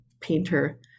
painter